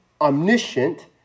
omniscient